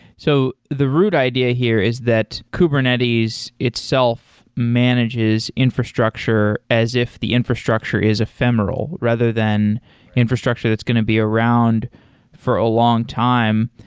so the root idea here is that kubernetes itself manages infrastructure as if the infrastructure is ephemeral rather than infrastructure that's going to be around for a long time.